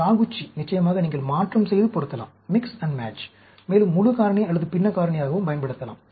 Taguchi நிச்சயமாக நீங்கள் மாற்றம் செய்து பொருத்தலாம் மேலும் முழு காரணி அல்லது பின்ன காரணியாகவும் பயன்படுத்தலாம்